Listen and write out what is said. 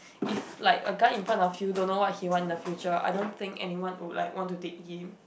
if like a guy in front of you don't know what he want in the future I don't think anyone would like want to date him